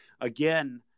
Again